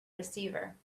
receiver